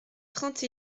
trente